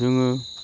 जोङो